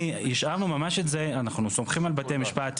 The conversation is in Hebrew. אנחנו סומכים על בתי משפט,